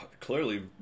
clearly